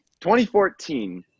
2014